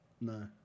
No